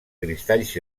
cristalls